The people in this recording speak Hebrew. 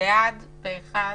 פה אחד.